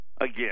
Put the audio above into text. again